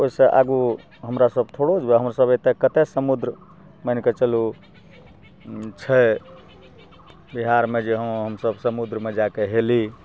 ओहिसँ आगू हमरा सब थोड़े जेबै हमरा सब एतऽ कतऽ समुद्र मानिके चलू छै बिहारमे जे हमसब समुद्रमे जाके हेली